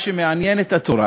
מה שמעניין את התורה